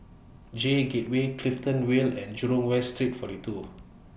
J Gateway Clifton Vale and Jurong West Street forty two